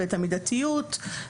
ואת המידתיות.